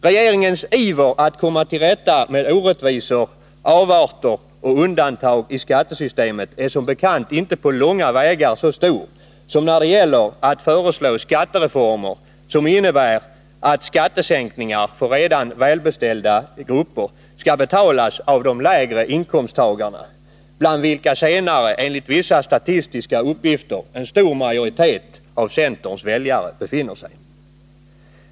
Regeringens iver att komma till rätta med orättvisor, avarter och undantag i skattesystemet är som bekant inte på långa vägar så stor som när det gäller att föreslå skattereformer som innebär att skattesänkningar för redan välbeställda grupper skall betalas av de lägre inkomsttagarna, bland vilka enligt vissa statistiska uppgifter en stor majoritet av centerns väljare befinner sig.